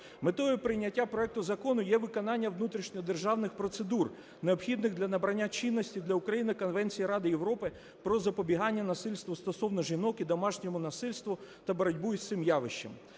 Метою прийняття проекту закону є виконання внутрішньодержавних процедур, необхідних для набрання чинності для України Конвенції Ради Європи про запобігання насильству стосовно жінок і домашньому насильству та боротьбу із цими явищами.